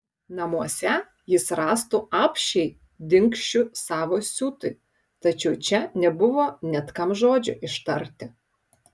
namuose jis rastų apsčiai dingsčių savo siutui tačiau čia nebuvo net kam žodžio ištarti